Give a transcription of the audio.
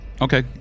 Okay